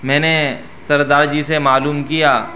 میں نے سردار جی سے معلوم کیا